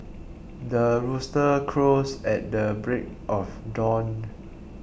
the rooster crows at the break of dawn